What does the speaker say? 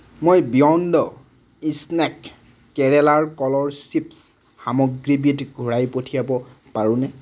মই beyond snack কেৰেলাৰ কলৰ চিপ্ছ সামগ্ৰীবিধ ঘূৰাই পঠিয়াব পাৰোঁনে